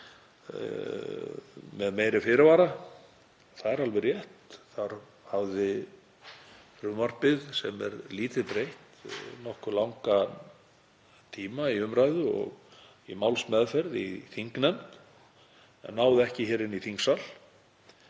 með meiri fyrirvara. Það er alveg rétt. Þá hafði frumvarpið, sem er lítið breytt, nokkuð langan tíma í umræðu og í málsmeðferð í þingnefnd en náði ekki inn í þingsal.